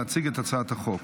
להציג את הצעת החוק.